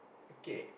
okay